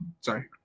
sorry